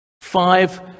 five